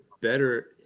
better